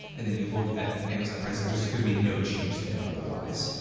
and then you look at amazon pricing. there's going to be no change there, otherwise.